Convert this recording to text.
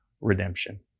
redemption